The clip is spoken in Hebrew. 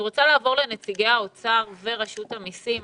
אני רוצה לעבור לנציגי האוצר ורשות המסים.